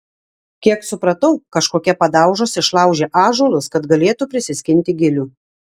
kiek supratau kažkokie padaužos išlaužė ąžuolus kad galėtų prisiskinti gilių